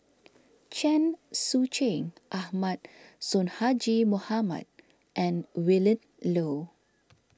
Chen Sucheng Ahmad Sonhadji Mohamad and Willin Low